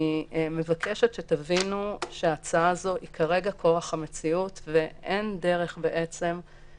אני מבקשת שתבינו שההצעה הזו היא כרגע כורח המציאות ואין דרך לקיים